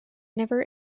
never